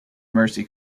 mercy